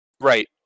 right